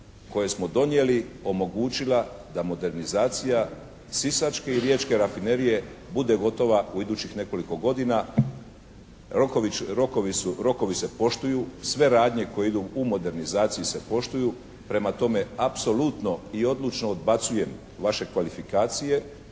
koje smo donijeli omogućila da modernizacija sisačke i riječke rafinerije bude gotova u idućih nekoliko godina. Rokovi se poštuju, sve radnje koje idu u modernizaciji se poštuju. Prema tome, apsolutno i odlučno odbacujem vaše kvalifikacije